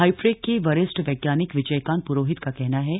हाइप्रेक के वरिष्ठ वप्रानिक विजयकांत प्रोहित का कहना हा